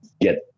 get